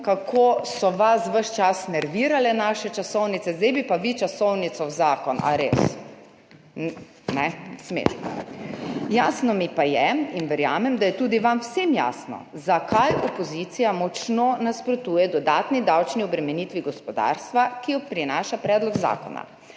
kako so vas ves čas nervirale naše časovnice, zdaj bi pa vi časovnico v zakon. A res? Smešno. Jasno mi pa je in verjamem, da je tudi vam vsem jasno, zakaj opozicija močno nasprotuje dodatni davčni obremenitvi gospodarstva, ki jo prinaša predlog zakona.